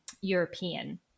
European